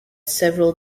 several